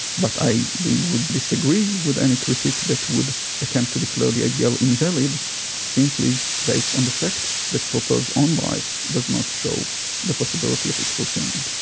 but i do disagree with any critic that would attempt to declare the ideal invalid simply based on the fact that popper's own life does not show the possibility of its fulfilment.